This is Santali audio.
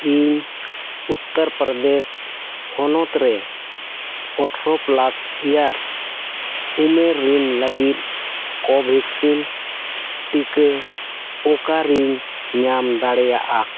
ᱤᱧ ᱩᱛᱛᱚᱨ ᱯᱚᱨᱫᱮᱥ ᱦᱚᱱᱚᱛᱨᱮ ᱟᱴᱷᱨᱚ ᱯᱞᱟᱥ ᱤᱭᱟᱨᱥ ᱩᱢᱮᱨ ᱨᱤᱱ ᱞᱟᱹᱜᱤᱫ ᱠᱳᱵᱷᱮᱠᱥᱤᱱ ᱴᱤᱠᱟᱹ ᱚᱠᱟᱨᱮᱧ ᱧᱟᱢ ᱫᱟᱲᱮᱭᱟᱜᱼᱟ